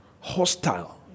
hostile